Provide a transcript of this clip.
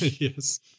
Yes